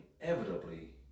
inevitably